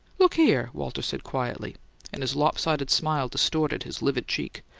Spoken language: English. look here, walter said, quietly and his lopsided smile distorted his livid cheek.